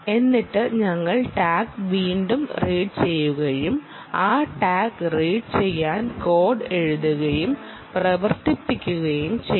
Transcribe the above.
എന്നിട്ട് ഞങ്ങൾ ടാഗ് വീണ്ടും റീഡ് ചെയ്യുകയും ആ ടാഗ് റീഡ് ചെയ്യാൻ കോഡ് എഴുതുകയും പ്രവർത്തിപ്പിക്കുകയും ചെയ്യുന്നു